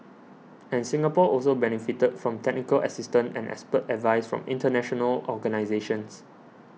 and Singapore also benefited from technical assistance and expert advice from international organisations